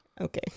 Okay